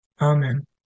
Amen